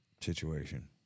situation